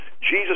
Jesus